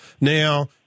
Now